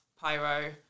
pyro